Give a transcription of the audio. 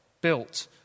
built